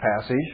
passage